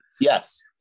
Yes